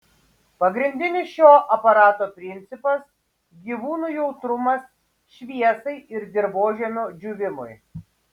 pagrindinis šio aparato principas gyvūnų jautrumas šviesai ir dirvožemio džiūvimui